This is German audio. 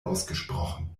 ausgesprochen